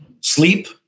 sleep